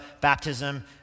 baptism